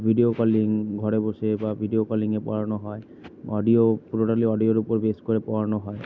video calling ঘরে বসে বা ভিডিও কলিংয়ে পড়ানো হয় অডিও টোটালি অডিওর ওপর বেস করে পড়ানো হয়